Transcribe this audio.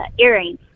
Earrings